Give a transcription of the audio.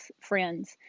friends